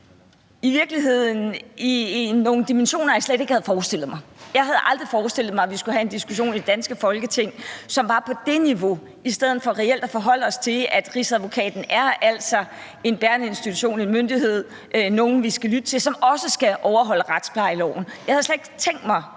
i virkeligheden i nogle dimensioner, jeg slet ikke havde forestillet mig. Jeg havde aldrig forestillet mig, at vi skulle have en diskussion i det danske Folketing, som var på det niveau, i stedet for reelt at forholde os til, at Rigsadvokaten altså er en bærende institution, en myndighed, nogle, vi skal lytte til, og som også skal overholde retsplejeloven. Jeg havde slet ikke tænkt mig